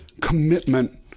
commitment